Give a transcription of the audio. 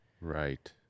Right